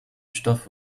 stoff